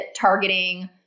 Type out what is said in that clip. targeting